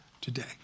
today